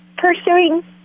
pursuing